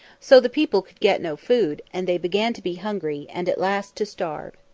so the people could get no food, and they began to be hungry, and at last to starve.